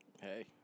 Hey